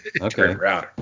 Okay